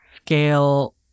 scale